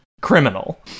criminal